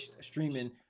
streaming